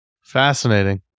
fascinating